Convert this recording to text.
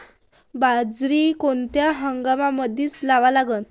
बाजरी कोनच्या हंगामामंदी लावा लागते?